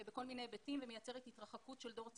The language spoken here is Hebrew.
בכל מיני היבטים ומייצרת התרחקות של הדור הצעיר,